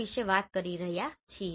વિશે વાત કરી રહ્યા છીએ